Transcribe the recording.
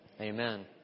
Amen